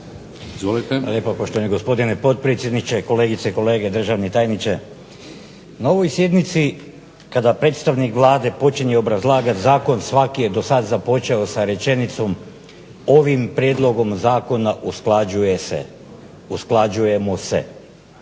lijepo. Poštovani gospodine potpredsjedniče, kolegice i kolege zastupnici, gospodine državni tajniče. Na ovoj sjednici kada predstavnik Vlade počinje obrazlagati zakon svaki je do sada započeo sa rečenicom ovim prijedlogom zakona usklađuje se, usklađujemo se